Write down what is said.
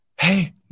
Hey